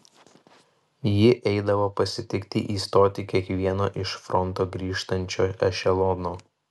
ji eidavo pasitikti į stotį kiekvieno iš fronto grįžtančio ešelono